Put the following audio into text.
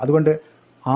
അതുകൊണ്ടാണ് 6